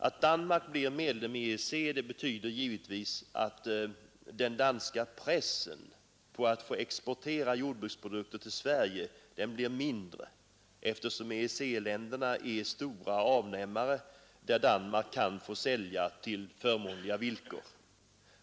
Att Danmark blivit medlem i EEC betyder naturligtvis att den danska pressen på Sverige för att få exportera jordbruksprodukter hit lättar, eftersom EEC-länderna är stora avnämare, dit Danmark kan sälja till förmånligare villkor.